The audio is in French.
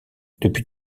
depuis